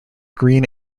green